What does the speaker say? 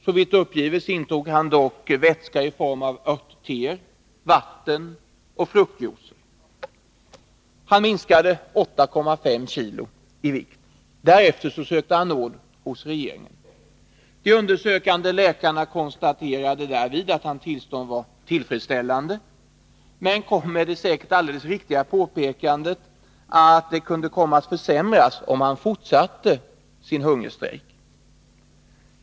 Såvitt uppgivits intog han dock vätska i form av örttéer, vatten och fruktjuicer. Han minskade 8,5 kg i vikt. Därefter sökte han nåd hos regeringen. De undersökande läkarna konstaterade därvid att hans tillstånd var tillfredsställande men kom med det säkert alldeles riktiga påpekandet att det kunde komma att försämras om han fortsatte sin ”hungerstrejk”.